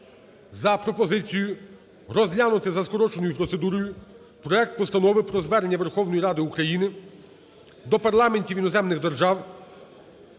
за пропозицію, розглянути за скороченою процедурою проект Постанови про Звернення Верховної Ради України до парламентів іноземних держав